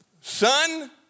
Son